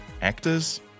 Actors